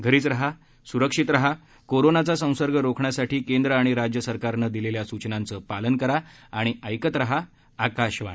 घरीच रहा सुरक्षित रहा कोरोनाचा संसर्ग रोखण्यासाठी केंद्र आणि राज्य सरकारनं दिलेल्या सूचनांचं पालन करा आणि ऐकत रहा आकाशवाणी